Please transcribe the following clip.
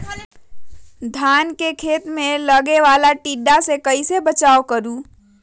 धान के खेत मे लगने वाले टिड्डा से कैसे बचाओ करें?